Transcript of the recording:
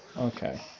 Okay